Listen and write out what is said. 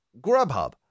Grubhub